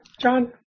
John